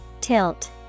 Tilt